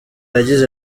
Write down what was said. yagize